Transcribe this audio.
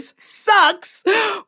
sucks